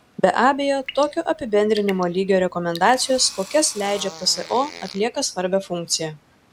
be abejo tokio apibendrinimo lygio rekomendacijos kokias leidžia pso atlieka svarbią funkciją